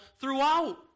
throughout